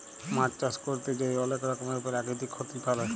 মাছ চাষ ক্যরতে যাঁয়ে অলেক রকমের পেরাকিতিক ক্ষতি পারে